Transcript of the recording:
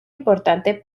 importante